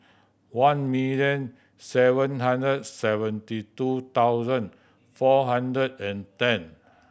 one million seven hundred seventy two thousand four hundred and ten